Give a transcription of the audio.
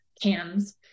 cans